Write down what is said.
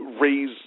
raise